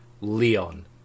Leon